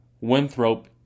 Winthrop